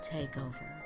Takeover